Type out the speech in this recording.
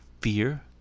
fear